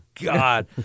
God